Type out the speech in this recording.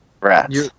Rats